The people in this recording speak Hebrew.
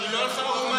היא לא הלכה ערומה,